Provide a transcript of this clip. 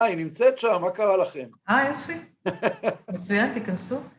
אה, היא נמצאת שם, מה קרה לכם? אה, יופי. מצוין, תיכנסו.